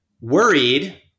worried